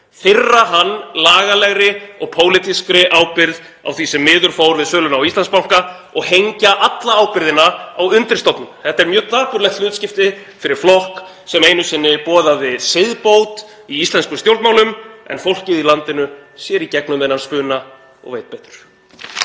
firra hann lagalegri og pólitískri ábyrgð á því sem miður fór við söluna á Íslandsbanka og hengja alla ábyrgðina á undirstofnun. Þetta er mjög dapurlegt hlutskipti fyrir flokk sem einu sinni boðaði siðbót í íslenskum stjórnmálum en fólkið í landinu sér í gegnum þennan spuna og veit betur.